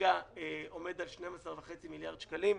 וכרגע עומד על 12.5 מיליארד שקלים,